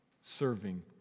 serving